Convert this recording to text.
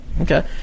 Okay